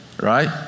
Right